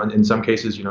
and in some cases, you know